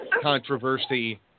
controversy